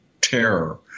terror